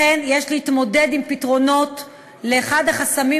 לכן יש להתמודד עם פתרונות לאחד החסמים